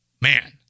Man